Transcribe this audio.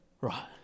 Right